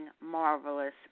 marvelous